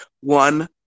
one